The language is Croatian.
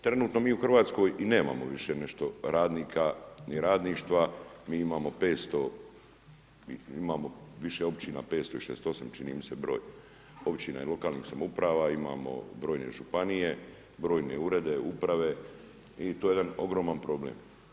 Trenutno mi u Hrvatskoj i nemamo više nešto radnika ni radništva, mi imamo 500, imamo više Općina, 568 čini mi se broj, Općina i lokalnih samouprava, imamo brojne Županije, brojne urede uprave i to je jedan ogroman problem.